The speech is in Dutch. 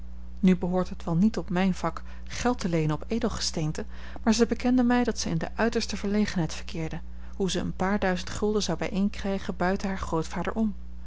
nu behoort het wel niet tot mijn vak geld te leenen op edelgesteenten maar zij bekende mij dat zij in de uiterste verlegenheid verkeerde hoe ze een paar duizend gulden zou bijeenkrijgen buiten haar grootvader om